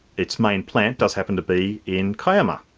its main plant does happen to be in kiama,